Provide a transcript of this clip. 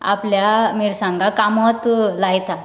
आपल्या मिरसांगा कामत लायता